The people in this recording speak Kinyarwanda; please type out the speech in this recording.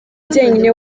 njyenyine